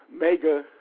mega